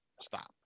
Stop